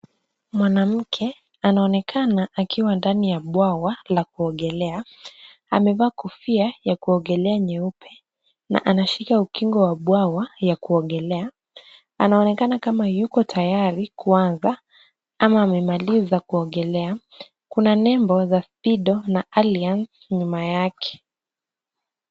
Mwanamke anaonekana akiwa ndani ya bwawa la kuogelea. Amevaa kofia ya kuogelea nyeupe na anachukua ukingo wa bwawa ya kuogelea. Anaonekana kama yuko tayari kuanza ama amemaliza. Kuna nembo za Speedo na Alian nyuma yake.